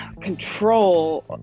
Control